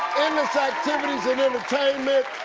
endless activities and entertainment.